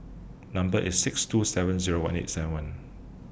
Number IS six two seven Zero one eight seven one